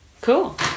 cool